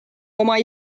oma